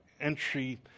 entry